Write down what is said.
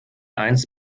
eins